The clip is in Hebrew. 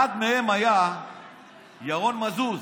אחד מהם היה ירון מזוז.